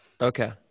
okay